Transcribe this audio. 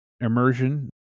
immersion